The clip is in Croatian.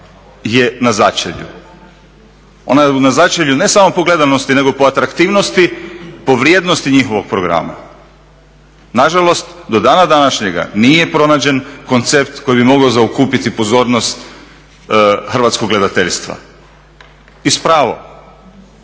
je na začelju. Ona je na začelju ne samo po gledanosti nego po atraktivnosti, po vrijednosti njihovog programa. Nažalost, do dana današnjega nije pronađen koncept koji bi mogao zaokupiti pozornost hrvatskog gledateljstva. I s pravom